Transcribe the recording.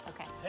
Okay